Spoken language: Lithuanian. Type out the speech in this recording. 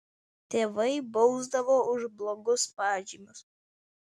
tėvai bausdavo už blogus pažymius